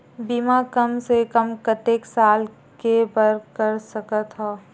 बीमा कम से कम कतेक साल के बर कर सकत हव?